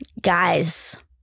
Guys